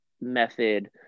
method